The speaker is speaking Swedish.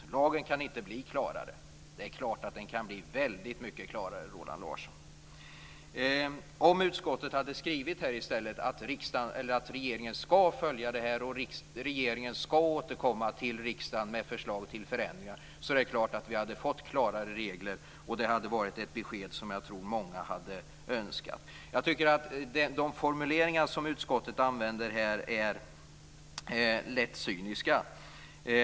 Lagen kan inte bli klarare. Det är klart, Roland Larsson, att lagen kan bli väldigt mycket klarare. Om utskottet hade skrivit att regeringen skall följa frågan och att regeringen skall återkomma till riskdagen med förslag till förändringar, hade vi fått klarare regler. Det hade varit ett besked som många hade önskat. De formuleringar som utskottet använder här är lätt cyniska.